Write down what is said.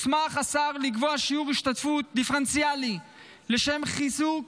השר הוסמך לקבוע שיעור השתתפות דיפרנציאלי לשם חיזוק